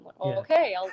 Okay